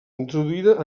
introduïda